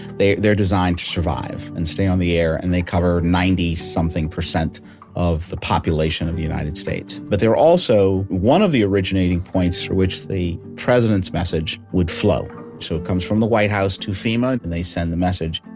they're designed to survive and stay on the air and they cover ninety something percent of the population of the united states, but there are also one of the originating points for which the president's message would flow so, it comes from the white house to fema and they send the message,